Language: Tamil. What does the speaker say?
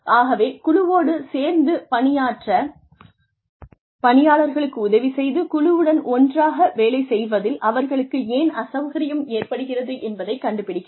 ஆகவே குழுவோடு சேர்ந்து பணியாற்ற பணியாளர்களுக்கு உதவி செய்து குழுவுடன் ஒன்றாக வேலை செய்வதில் அவர்களுக்கு ஏன் அசௌகரியம் ஏற்படுகிறது என்பதைக் கண்டுபிடிக்கிறது